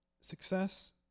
success